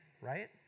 right